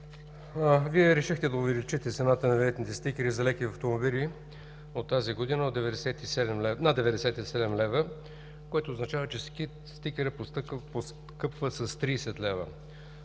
Вие решихте да увеличите цената на винетните стикери за леки автомобили от тази година на 97 лв., което означава, че стикерът поскъпва с 30 лв.